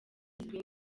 izwi